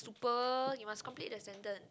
super you must complete the sentence